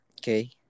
okay